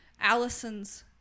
Allison's